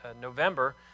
November